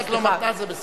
אם את לא מתנה, זה בסדר.